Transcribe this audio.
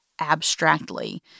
abstractly